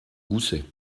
goussets